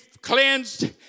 cleansed